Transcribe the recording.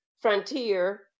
Frontier